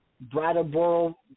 Brattleboro